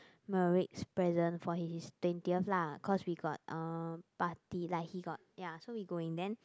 Meric's present for his twentieth lah cause we got uh party like he got ya so we going then